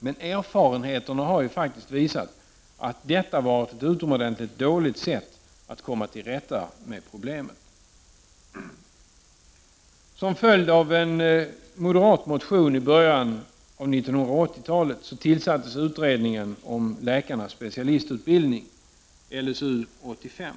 Men erfarenheterna har faktiskt visat att detta har varit ett utomordentligt dåligt sätt att komma till rätta med pro Som en följd av en moderat motion som väcktes i början av 80-talet tillsattes utredningen i fråga om läkares specialistutbildning, LSU-85.